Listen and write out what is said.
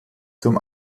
zum